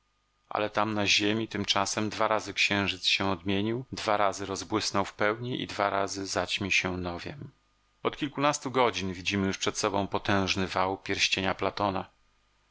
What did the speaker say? ale tam na ziemi tymczasem dwa razy księżyc się odmienił dwa razy rozbłysnął w pełni i dwa razy zaćmił się nowiem od kilkunastu godzin widzimy już przed sobą potężny wał pierścienia platona